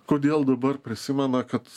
kodėl dabar prisimena kad